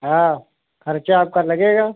हाँ खर्चा आपका लगेगा